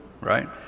right